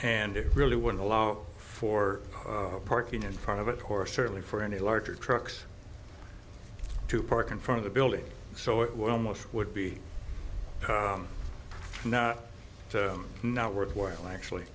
and it really wouldn't allow for parking in front of it or certainly for any larger trucks to park in front of the building so it would almost would be not not worthwhile actually